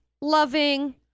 loving